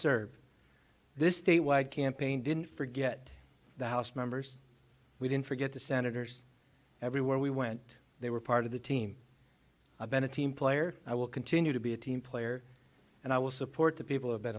serve this state wide campaign didn't forget the house members we didn't forget the senators everywhere we went they were part of the team i've been a team player i will continue to be a team player and i will support the people have been